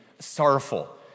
sorrowful